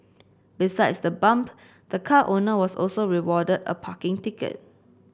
besides the bump the car owner was also rewarded a parking ticket